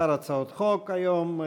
כמה הצעות חוק היום.